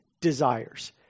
desires